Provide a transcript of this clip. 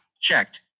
Checked